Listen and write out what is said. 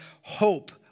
hope